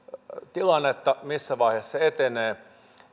tilannetta missä vaiheessa se etenee